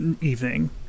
evening